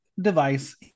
device